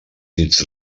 dits